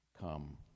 come